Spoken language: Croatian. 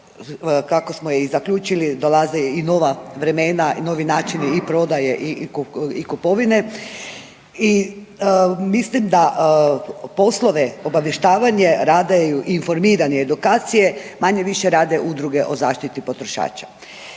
kako smo i zaključili, dolaze i nova vremena i novi načini i prodaje i kupovine i mislim da poslove obavještavanja rada i informiranje i edukacije manje-više rade udruge o zaštiti potrošača.